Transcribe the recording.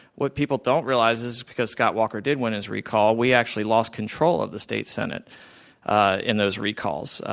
what people don't realize is because scott walker did win his recall, we actually lost control of the state senate ah in those recalls.